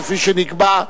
כפי שנקבע,